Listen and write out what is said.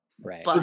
right